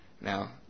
Now